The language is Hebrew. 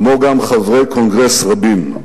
כמו גם חברי קונגרס רבים.